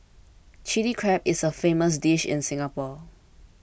Chilli Crab is a famous dish in Singapore